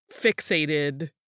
fixated